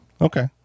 Okay